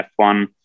f1